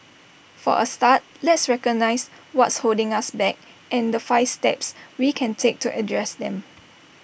for A start let's recognise what's holding us back and the five steps we can take to address them